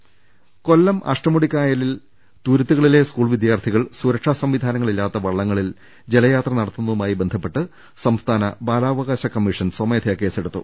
ദർശ്ശിക്കു കൊല്ലം അഷ്ടമുടിക്കായലിൽ തുരുത്തുകളിലെ സ്കൂൾ വിദ്യാർത്ഥി കൾ സുരക്ഷാ സംവിധാനങ്ങളില്ലാത്ത വള്ളങ്ങളിൽ ജലയാത്ര നടത്തുന്ന തുമായി ബന്ധപ്പെട്ട് സംസ്ഥാന ബാലാവകാശ കമ്മീഷൻ സ്വമേധയാ കേസെ ടുത്തു